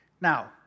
Now